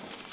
nyt ed